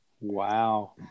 Wow